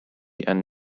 and